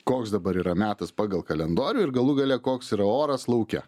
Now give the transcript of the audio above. koks dabar yra metas pagal kalendorių ir galų gale koks yra oras lauke